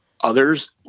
others